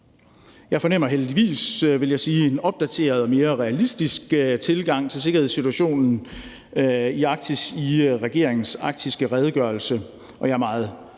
Jeg fornemmer heldigvis, vil jeg sige, en opdateret og mere realistisk tilgang til sikkerhedssituationen i Arktis i regeringens arktiske redegørelse, og jeg er meget